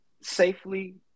safely